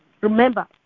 Remember